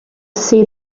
see